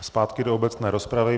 Zpátky do obecné rozpravy.